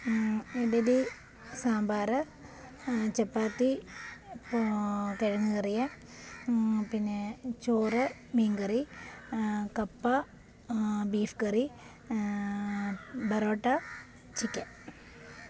ഇഡലി സാമ്പാർ ചപ്പാത്തി കിഴങ്ങ് കറിയ് പിന്നെ ചോറ് മീൻ കറി കപ്പ ബീഫ് കറി പറോട്ട ചിക്കൻ